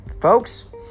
folks